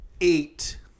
Eight